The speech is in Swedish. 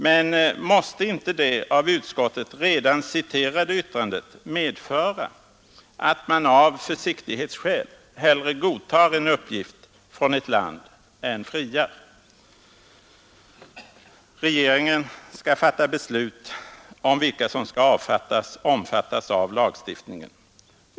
Men måste inte det redan citerade yttrandet av utskottet medföra att man av försiktighetsskäl hellre godtar en uppgift från ett land än friar? Regeringen skall fatta beslut om vilka som skall omfattas av lagstiftningen.